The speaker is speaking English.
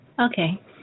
Okay